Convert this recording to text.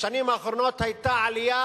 בשנים האחרונות היתה עלייה